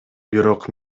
бирок